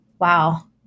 Wow